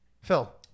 Phil